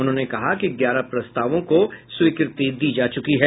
उन्होंने कहा कि ग्यारह प्रस्तावों को स्वीकृति दी जा चुकी है